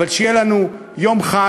אבל שיהיה לנו יום חג.